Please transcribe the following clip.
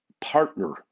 partner